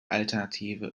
alternative